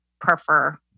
prefer